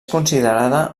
considerada